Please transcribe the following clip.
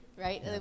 right